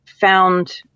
found